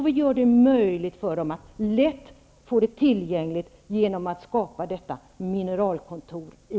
Vi gör det möjligt för dem att få det lättillgängligt genom att skapa ett mineralkontor i